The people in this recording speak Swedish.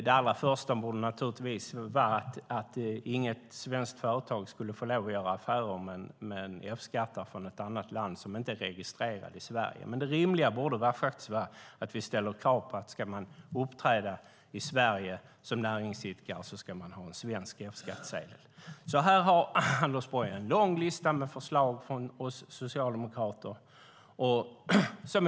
Det allra första borde vara att inget svenskt företag skulle få lov att göra affärer med någon som betalar F-skatt i ett annat land och som inte är registrerad i Sverige. Det rimliga borde vara att vi ställer krav på att om man ska uppträda i Sverige som näringsidkare ska man ha en svensk F-skattsedel. Här har Anders Borg en lång lista med förslag från oss socialdemokrater.